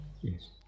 Yes